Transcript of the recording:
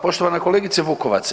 Poštovana kolegice Vukovac.